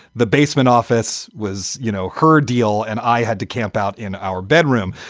the basement office was, you know, her deal. and i had to camp out in our bedroom.